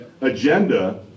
agenda